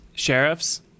Sheriffs